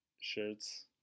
shirts